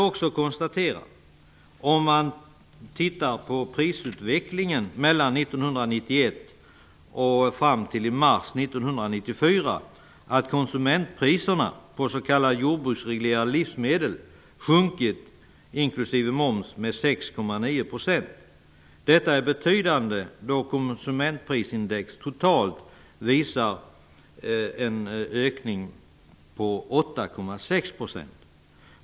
Om man ser på prisutvecklingen från 1991 och fram till mars 1994, kan man kostatera att konsumentpriserna på s.k. jordbruksreglerade livsmedel inklusive moms sjunkit med 6,9 %. Detta är en betydande sänkning, då konsumentprisindex totalt visar en ökning med 8,6 %.